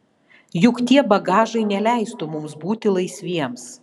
juk tie bagažai neleistų mums būti laisviems